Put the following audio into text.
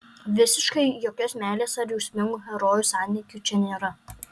visiškai jokios meilės ar jausmingų herojų santykių čia nėra